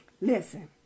Listen